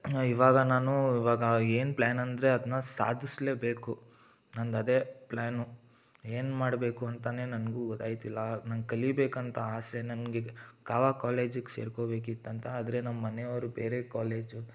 ಇವಾಗ ನಾನು ಇವಾಗ ಏನು ಪ್ಲಾನ್ ಅಂದರೆ ಅದನ್ನ ಸಾಧಿಸಲೇಬೇಕು ನಂದು ಅದೇ ಪ್ಲಾನ್ ಏನು ಮಾಡಬೇಕು ಅಂತೆಯೇ ನನಗೂ ಗೊತ್ತಾಗ್ತಿಲ್ಲ ನಂಗೆ ಕಲಿಬೇಕುಂತ ಆಸೆ ನನಗೆ ಕಾವಾ ಕಾಲೇಜಿಗೆ ಸೇರಿಕೋಬೇಕಿತ್ತುಂತ ಆದರೆ ನಮ್ಮ ಮನೆಯವರು ಬೇರೆ ಕಾಲೇಜು